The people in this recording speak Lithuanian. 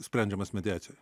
sprendžiamas mediacijoj